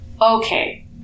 Okay